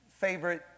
favorite